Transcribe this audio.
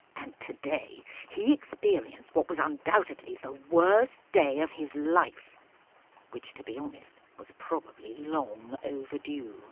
and today he experienced what was undoubtedly the worst day of his life which, to be honest, was probably long overdue.